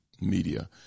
Media